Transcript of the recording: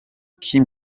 kim